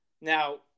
Now